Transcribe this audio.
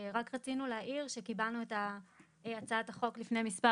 רק רצינו להעיר שקיבלנו את הצעת החוק לפני מספר